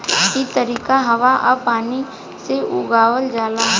इ तरकारी हवा आ पानी से उगावल जाला